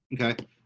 Okay